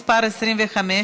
מס' 20) (חיזוק האכיפה והקלת נטל האסדרה),